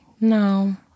No